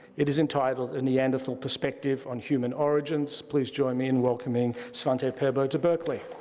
it is entitled a neanderthal perspective on human origins. please join me in welcoming svante paabo to berkeley.